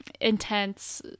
intense